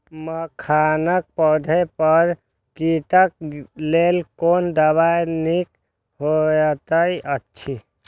मखानक पौधा पर कीटक लेल कोन दवा निक होयत अछि?